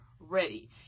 ready